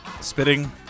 Spitting